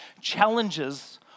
challenges